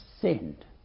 sinned